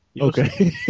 Okay